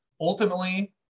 Ultimately